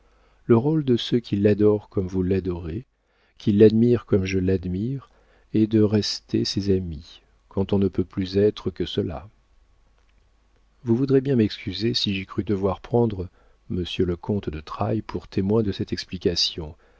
le rôle de ceux qui l'adorent comme vous l'adorez qui l'admirent comme je l'admire est de rester ses amis quand on ne peut plus être que cela vous voudrez bien m'excuser si j'ai cru devoir prendre monsieur le comte de trailles pour témoin de cette explication